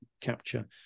capture